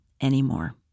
anymore